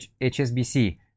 HSBC